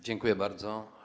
Dziękuję bardzo.